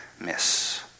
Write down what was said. miss